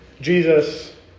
Jesus